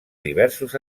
diversos